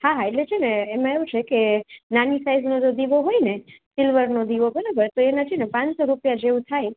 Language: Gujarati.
હા હા એટલે છે ને એમાં એવું છે કે નાની સાઈઝનો જો દીવો હોયને સિલ્વરનો દીવો બરાબર તેના છે ને પાંચસો રૂપિયા જેવું થાય